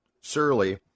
surly